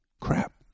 crap